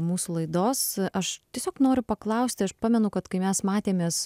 mūsų laidos aš tiesiog noriu paklausti aš pamenu kad kai mes matėmės